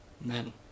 Men